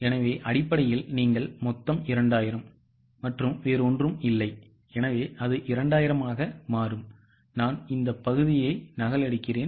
எனவே அடிப்படையில் நீங்கள் மொத்தம் 2000 மற்றும் ஒன்றும் இல்லை எனவே அது 2000 ஆக மாறும் நான் இந்த பகுதியை நகலெடுப்பேன்